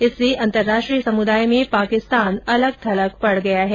इससे अंतर्राष्ट्रीय समृदाय में पाकिस्तान के अलग थलग पड गया है